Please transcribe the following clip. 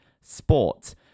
sports